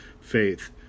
faith